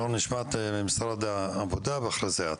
נשמע את משרד העבודה ואחר כך את.